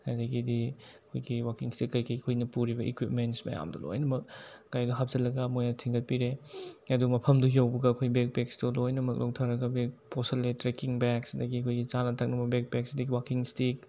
ꯑꯗꯒꯤꯗꯤ ꯑꯩꯈꯣꯏꯒꯤ walking stick ꯀꯩꯀꯩ ꯑꯩꯈꯣꯏꯅ ꯄꯨꯔꯤꯕ ꯏꯀ꯭ꯋꯤꯞꯃꯦꯟꯁ ꯃꯌꯥꯝꯗꯣ ꯂꯣꯏꯅꯃꯛ ꯒꯥꯔꯤꯗ ꯍꯥꯞꯆꯤꯜꯒ ꯃꯣꯏꯅ ꯊꯤꯟꯒꯠꯄꯤꯔꯦ ꯑꯗꯨ ꯃꯐꯝꯗꯨ ꯌꯧꯕꯒ ꯑꯩꯈꯣꯏ ꯕꯦꯛ ꯄꯦꯛꯁꯇꯨ ꯂꯣꯏꯅꯃꯛ ꯂꯧꯊꯔꯒ ꯕꯦꯛ ꯄꯣꯁꯜꯂꯦ ꯇ꯭ꯔꯦꯛꯀꯤꯡ ꯕꯦꯛꯁ ꯑꯗꯒꯤ ꯑꯩꯈꯣꯏꯒꯤ ꯆꯥꯅ ꯊꯛꯅꯕ ꯕꯦꯛ ꯄꯦꯛꯁ ꯑꯗꯒꯤ ꯋꯥꯛꯀꯤꯡ ꯏꯁꯇꯤꯛꯁ